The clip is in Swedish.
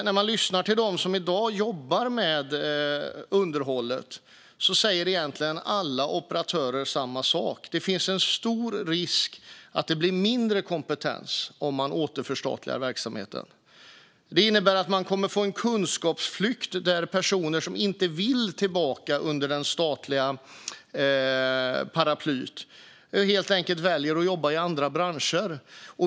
När man lyssnar på dem som i dag jobbar med underhållet säger egentligen alla operatörer samma sak, nämligen att det finns en stor risk att det blir mindre kompetens om man återförstatligar verksamheten. Det innebär att man kommer att få en kunskapsflykt när personer som inte vill tillbaka under det statliga paraplyet helt enkelt väljer att jobba i andra branscher.